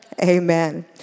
Amen